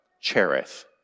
Cherith